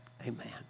Amen